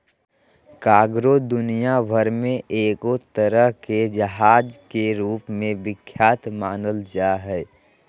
cargo दुनिया भर मे एगो तरह के जहाज के रूप मे विख्यात मानल जा हय